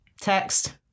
Text